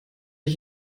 ich